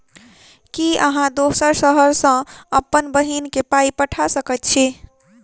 की अहाँ दोसर शहर सँ अप्पन बहिन केँ पाई पठा सकैत छी?